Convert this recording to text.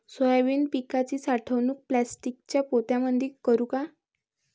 Soybean पिकाची साठवणूक प्लास्टिकच्या पोत्यामंदी करू का?